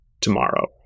tomorrow